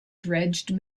dredged